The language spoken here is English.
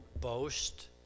boast